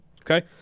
Okay